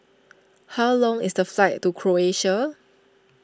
how long is the flight to Croatia